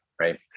right